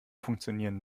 funktionieren